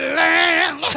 land